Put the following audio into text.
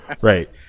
right